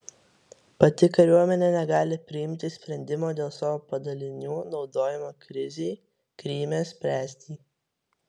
pati kariuomenė negali priimti sprendimo dėl savo padalinių naudojimo krizei kryme spręsti